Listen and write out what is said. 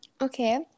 okay